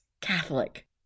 Catholic